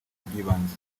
by’ibanze